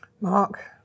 Mark